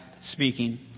speaking